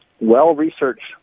well-researched